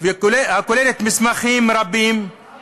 הכוללת מסמכים רבים, חוק